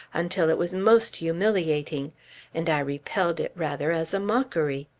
until it was most humiliating and i repelled it rather as a mockery.